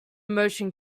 motion